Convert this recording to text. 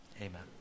Amen